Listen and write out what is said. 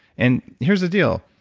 and here's the deal,